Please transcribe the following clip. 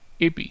AP